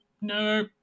no